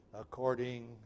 according